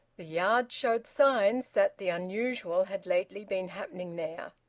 the yard showed signs that the unusual had lately been happening there.